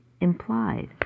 implied